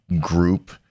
group